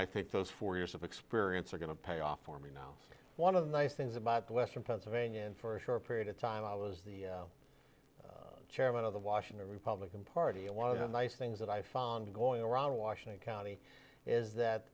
i think those four years of experience are going to pay off for me now one of the nice things about western pennsylvania and for a short period of time i was the chairman of the washington republican party a lot of the nice things that i found going around washington county is that